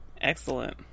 Excellent